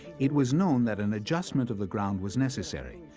it was known that an adjustment of the ground was necessary.